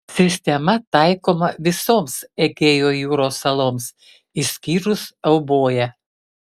sistema taikoma visoms egėjo jūros saloms išskyrus euboją